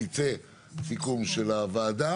ייצא סיכום של הוועדה